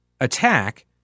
attack